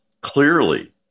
clearly